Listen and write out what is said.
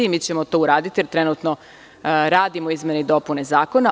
Mi ćemo to uraditi jer trenutno radimo izmene i dopune Zakona.